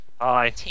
Hi